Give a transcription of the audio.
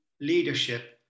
leadership